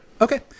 Okay